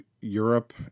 Europe